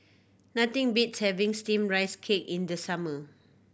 nothing beats having Steamed Rice Cake in the summer